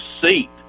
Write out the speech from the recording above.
seat